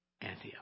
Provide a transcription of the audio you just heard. Antioch